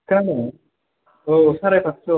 जानो औ साराय फासस'